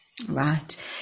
Right